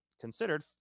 considered